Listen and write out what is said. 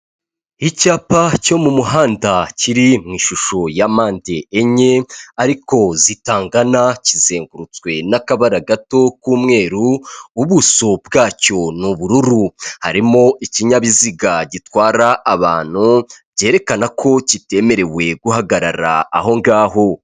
Icyapa cyo mu muhanda kiri mu ishusho ya mande enye ariko zitangana, kizengurutswe n'akabara gato k'umweru ubuso bwacyo ni ubururu, harimo ikinyabiziga gitwara abantu byerekana ko kitemerewe guhagarara aho ngaho.